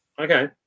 Okay